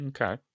Okay